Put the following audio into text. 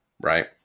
Right